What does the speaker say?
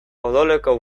odoleko